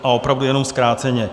A opravdu jenom zkráceně.